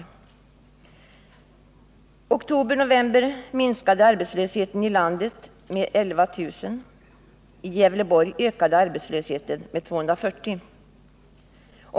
I oktober-november minskade arbetslösheten i landet med 11000 personer. I Gävleborg ökade arbetslösheten med 240 personer.